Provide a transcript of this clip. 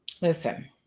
Listen